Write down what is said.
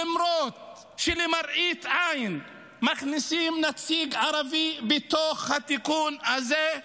למרות שלמראית עין מכניסים נציג ערבי בתוך התיקון הזה,